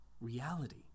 reality